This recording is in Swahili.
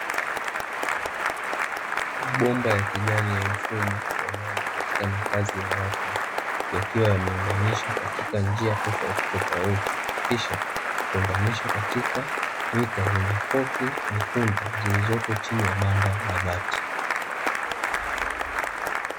Mabomba ya kijani ya mfumo wa maji katika makazi ya watu, yakiwa yameunganishwa katika njia tofautitofauti, kisha kuunganishwa katika mita zenye koki nyekundu zilizopo chini ya banda la bati.